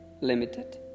limited